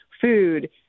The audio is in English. food